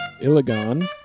Iligan